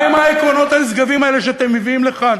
מה הם העקרונות הנשגבים האלה שאתם מביאים לכאן?